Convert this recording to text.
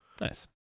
Nice